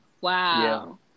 Wow